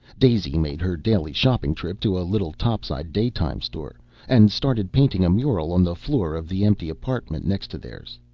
daisy made her daily shopping trip to a little topside daytime store and started painting a mural on the floor of the empty apartment next theirs